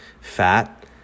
fat